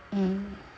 mm